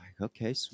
okay